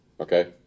Okay